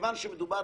כיוון שמדובר